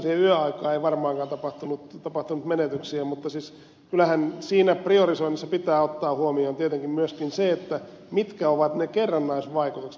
no yöaikaan ei varmaankaan tapahtunut menetyksiä mutta siis kyllähän siinä priorisoinnissa pitää ottaa huomioon tietenkin myöskin se mitkä ovat ne kerrannaisvaikutukset